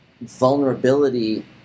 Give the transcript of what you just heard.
vulnerability